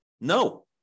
No